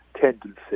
tendency